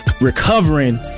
recovering